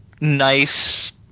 nice